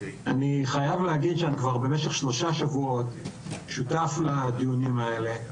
אני חייב להגיד שאני כבר במשך שלושה שבועות שותף לדיונים האלה.